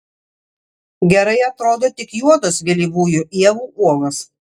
gerai atrodo tik juodos vėlyvųjų ievų uogos